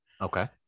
okay